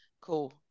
cool